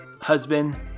husband